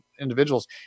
Individuals